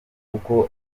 kuko